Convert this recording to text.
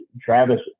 Travis